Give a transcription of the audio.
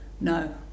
No